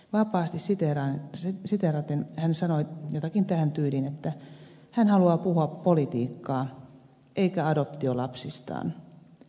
vapaasti siteeraten hän sanoi jotenkin tähän tyyliin että hän haluaa puhua politiikkaa eikä adoptiolapsistaan